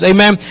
Amen